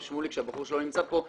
ושמוליק שהבחור שלו נמצא פה,